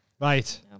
Right